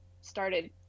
started